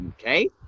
okay